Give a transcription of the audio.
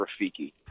Rafiki